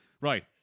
Right